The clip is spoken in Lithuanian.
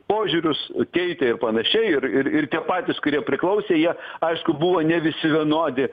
požiūrius keitė ir panašiai ir ir ir tie patys kurie priklausė jie aišku buvo ne visi vienodi